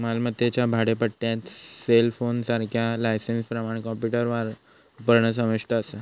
मालमत्तेच्या भाडेपट्ट्यात सेलफोनसारख्या लायसेंसप्रमाण कॉम्प्युटर वापरणा समाविष्ट असा